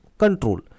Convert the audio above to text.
Control